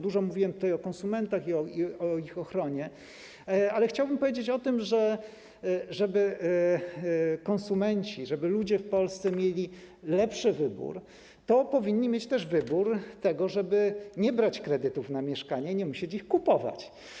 Dużo mówiłem tutaj o konsumentach i ich ochronie, ale chciałbym powiedzieć o tym, że żeby konsumenci, żeby ludzie w Polsce mieli lepszy, większy wybór, to powinni mieć też wybór w tym zakresie, żeby nie brać kredytów na mieszkania i nie musieć ich kupować.